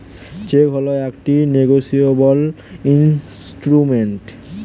check হল একটি negotiable instrument